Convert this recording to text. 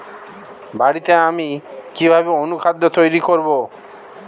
বাড়িতে আমি কিভাবে অনুখাদ্য তৈরি করব?